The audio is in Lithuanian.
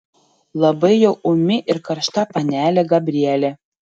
labai jau ūmi ir karšta panelė gabrielė